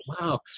wow